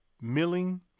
Milling